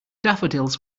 daffodils